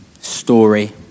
story